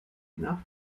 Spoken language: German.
nach